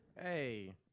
Hey